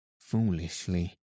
foolishly